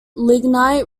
lignite